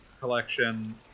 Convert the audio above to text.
Collection